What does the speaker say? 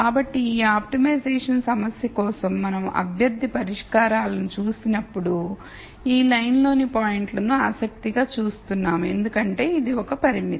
కాబట్టి ఈ ఆప్టిమైజేషన్ సమస్య కోసం మనం అభ్యర్థి పరిష్కారాలను చూసినప్పుడు ఈ లైన్లోని పాయింట్ల ను ఆసక్తిగా చూస్తున్నాము ఎందుకంటే ఇది ఒక పరిమితి